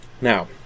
Now